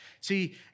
See